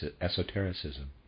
esotericism